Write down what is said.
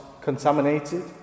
contaminated